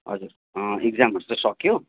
हजुर इक्जामहरू त सकियो